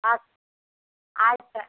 ಆಯ್ತ್ ಆಯ್ತು